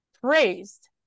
praised